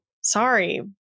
sorry